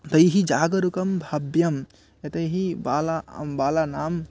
तैः जागरुकं भाव्यं यतो हि बाला बालानां